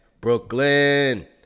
Brooklyn